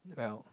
well